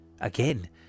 Again